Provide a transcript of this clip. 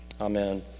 Amen